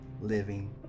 living